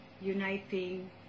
Uniting